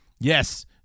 yes